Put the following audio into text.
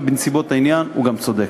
ובנסיבות העניין הוא גם צודק.